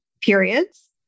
periods